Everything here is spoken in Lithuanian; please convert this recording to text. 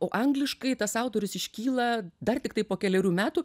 o angliškai tas autorius iškyla dar tiktai po kelerių metų